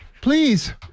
Please